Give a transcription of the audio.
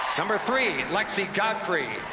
number three, lexie godfrey.